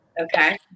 Okay